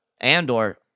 Andor